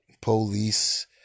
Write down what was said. police